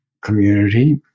Community